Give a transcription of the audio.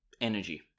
energy